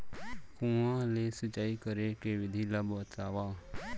कुआं ले सिंचाई करे के विधि ला बतावव?